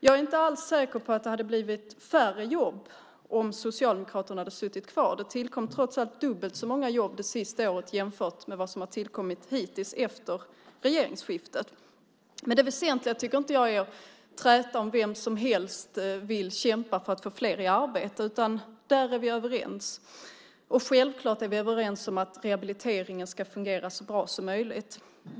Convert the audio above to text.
Jag är inte säker på att det hade blivit färre jobb om Socialdemokraterna hade suttit kvar. Det tillkom trots allt dubbelt så många jobb det sista året som vad som hittills har tillkommit efter regeringsskiftet. Jag tycker inte att det väsentliga är att träta om vem som vill kämpa mest för att få fler i arbete. Där är vi överens. Vi är självklart överens om att rehabiliteringen ska fungera så bra som möjligt.